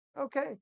Okay